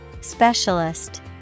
Specialist